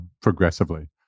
progressively